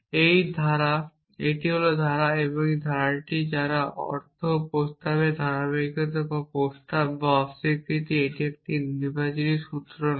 এই ধারা এটি হল ধারা এবং এই ধারাটি যার অর্থ প্রস্তাবের ধারাবাহিকতা বা প্রস্তাব বা অস্বীকৃতি এটি একটি নির্বিচারী সূত্র নয়